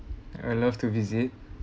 I love to visit